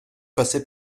passer